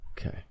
Okay